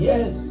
Yes